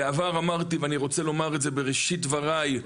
בעבר אמרתי ואני רוצה לומר את זה בראשית דבריי,